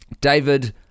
David